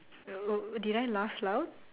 uh did I laugh loud